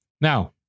Now